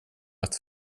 att